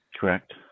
Correct